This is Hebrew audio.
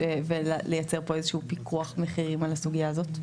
ולייצר פה איזה שהוא פיקוח מחירים על הסוגייה הזאת.